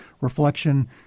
reflection